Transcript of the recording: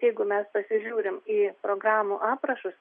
jeigu mes pasižiūrim į programų aprašus